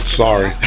sorry